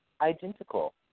identical